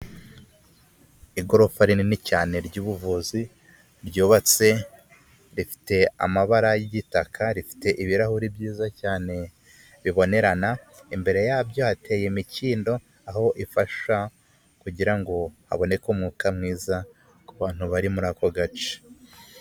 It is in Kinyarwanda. Igorofa rinini cyane ry'ubuvuzi ryubatse; rifite amabara y'igitaka, rifite ibirahuri byiza cyane bibonerana; imbere yabyo hateye imikindo aho ifasha kugira ngo haboneke umwuka mwiza ku bantu bari muri ako gace.